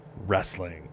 Wrestling